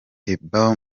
thabo